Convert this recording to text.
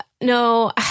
no